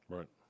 Right